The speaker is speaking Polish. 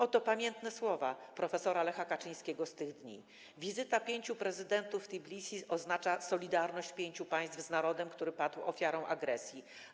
Oto pamiętne słowa prof. Lecha Kaczyńskiego z tych dni: Wizyta pięciu prezydentów w Tbilisi oznacza solidarność pięciu państw z narodem, który padł ofiarą agresji.